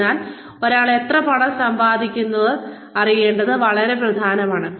അതിനാൽ ഒരാൾ എത്ര പണം സമ്പാദിക്കാൻ ആഗ്രഹിക്കുന്നുവെന്ന് അറിയേണ്ടത് വളരെ പ്രധാനമാണ്